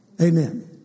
Amen